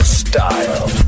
style